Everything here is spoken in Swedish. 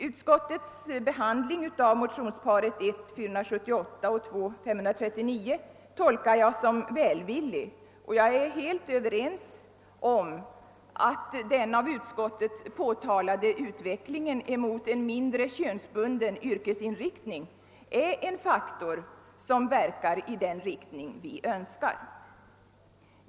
Utskottets behandling av motionsparet 1: 478 och II: 539 tolkar jag som välvillig, och jag är helt överens med utskottet om att den av utskottet påtalade utvecklingen mot en mindre könsbunden yrkesinriktning är en faktor som verkar i den riktning vi önskar.